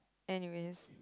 anyways